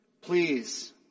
Please